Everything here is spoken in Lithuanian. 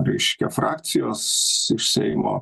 reiškia frakcijos seimo